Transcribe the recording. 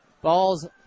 Ball's